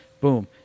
Boom